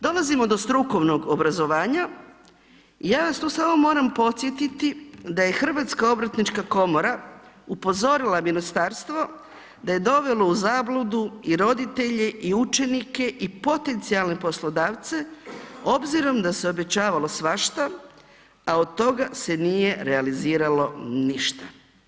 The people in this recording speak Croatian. Dolazimo do strukovnog obrazovanja, ja vas tu samo moram podsjetiti da je HOK upozorila ministarstvo da je dovelo u zabludu i roditelje i učenike i potencijalne poslodavce, obzirom da se obećavalo svašta, a od toga se nije realiziralo ništa.